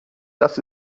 das